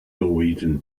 norwegian